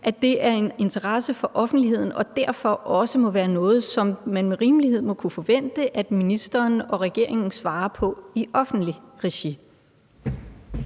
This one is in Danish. Da det har en interesse for offentligheden, må det derfor også være noget, som man med rimelighed må kunne forvente ministeren og regeringen svarer på i offentligt regi.